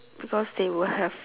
because they will have